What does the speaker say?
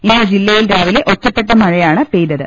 ഇന്ന് ജില്ലയിൽ രാവിലെ ഒറ്റപ്പെട്ട മഴയാണ് പെയ്തത്